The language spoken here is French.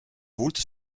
voulte